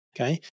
Okay